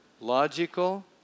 logical